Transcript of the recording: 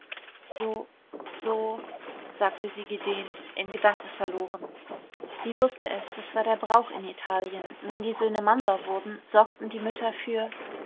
so so sagte sie gedehnt in gedanken verloren sie wußte es das war der brauch in italien wenn die söhne mannbar wurden sorgten die mütter für